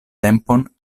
tempon